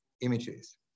images